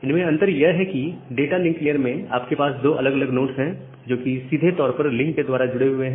इनमें अंतर यह है कि डाटा लिंक लेयर में आपके पास दो अलग अलग नोड्स हैं जो कि सीधे तौर पर लिंक के द्वारा जुड़े हुए है